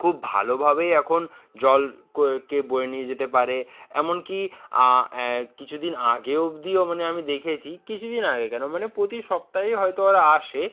খুব ভালোভাবেই এখন জল কে বয়ে নিয়ে যেতে পারে এমনকি অ্যা কিছুদিন আগে অবধিও মানে আমি দেখেছি কিছুদিন আগে কেন মানে প্রতি সপ্তাহেই হয়তো ওরা আসে